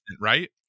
right